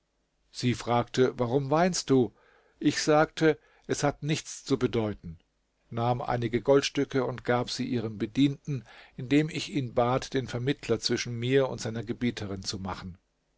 sie fragte warum weinst du ich sagte es hat nichts zu bedeuten nahm einige goldstücke und gab sie ihrem bedienten indem ich ihn bat den vermittler zwischen mir und seiner gebieterin zu machen